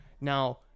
Now